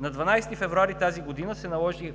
На 12 февруари тази година